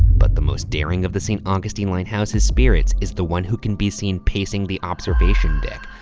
but the most daring of the st. augustine lighthouse's spirits is the one who can be seen pacing the observation deck,